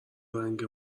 رنگ